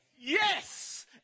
Yes